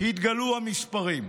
התגלו המספרים.